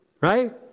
Right